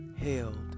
hailed